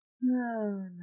no